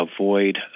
avoid